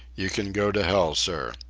you can go to hell, sir.